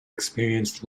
experienced